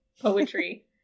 poetry